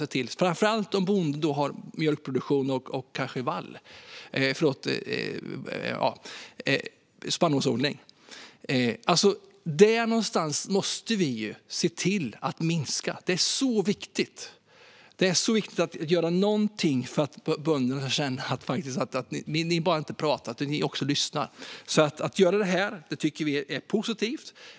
Det gäller framför allt om bonden har mjölkproduktion och kanske spannmålsodling. Där någonstans måste vi se till att det minskar. Det är viktigt att göra något för att bönderna ska känna att vi inte bara pratar utan också lyssnar. Vi tycker att det är positivt att göra detta.